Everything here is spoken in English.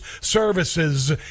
services